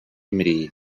мрії